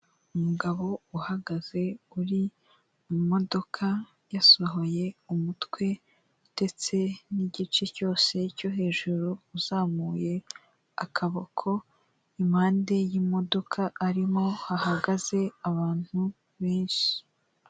Umugabo uhagaze uri mu modoka yasohoye umutwe ndetse n'igice cyose cyo hejuru uzamuye akaboko impande y'imodoka arimo hahagaze abantu benshi.